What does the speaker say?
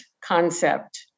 concept